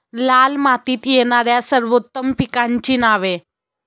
लाल मातीत येणाऱ्या सर्वोत्तम पिकांची नावे?